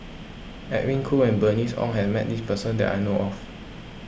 Edwin Koo and Bernice Ong has met this person that I know of